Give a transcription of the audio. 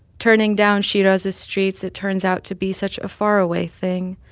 turning down shiraz's streets, it turns out to be such a faraway thing,